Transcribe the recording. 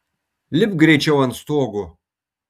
lipk greičiau ant stogo